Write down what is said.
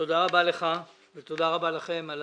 תודה רבה לך ותודה רבה לכם על